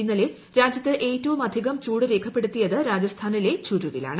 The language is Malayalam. ഇന്നലെ രാജ്യത്ത് ഏറ്റവുമധികം ചൂട് രേഖപ്പെടുത്തിയത് രാജസ്ഥാനിലെ ചുരുവിലാണ്